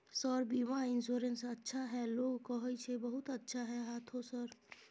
Sir बीमा insurance अच्छा है लोग कहै छै बहुत अच्छा है हाँथो सर?